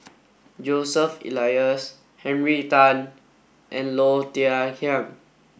Joseph Elias Henry Tan and Low Thia Khiang